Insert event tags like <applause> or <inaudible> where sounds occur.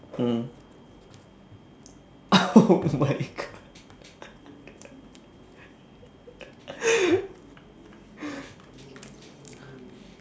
mm oh my god <laughs>